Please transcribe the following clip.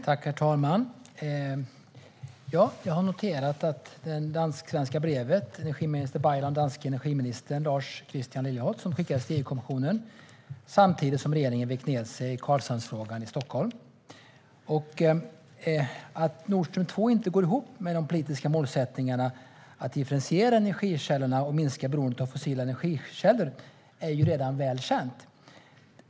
Herr talman! Ja, jag har noterat det dansk-svenska brevet från energiminister Baylan och den danske energiministern Lars Christian Lilleholt som skickades till EU-kommissionen samtidigt som regeringen i Stockholm vek ned sig i Karlshamnsfrågan. Att Nord Stream 2 inte går ihop med de politiska målsättningarna att differentiera energikällorna och minska behovet av fossila energikällor är redan väl känt.